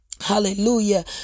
Hallelujah